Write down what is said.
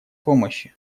помощи